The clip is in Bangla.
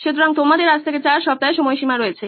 সুতরাং তোমাদের আজ থেকে 4 সপ্তাহের সময়সীমা রয়েছে